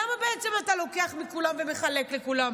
למה בעצם אתה לוקח מכולם ומחלק לכולם?